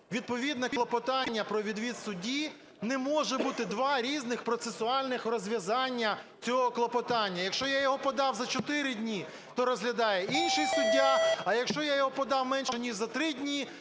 відповідне клопотання про відвід судді, не може бути 2 різних процесуальних розв'язання цього клопотання. Якщо я його подав за 4 дні, то розглядає інший суддя, а якщо я його подав менше ніж на 3 дні,